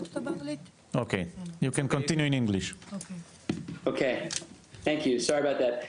(אומר דברים בשפה האנגלית, להלן תרגומם):